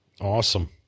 Awesome